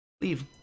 Leave